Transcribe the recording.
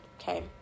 okay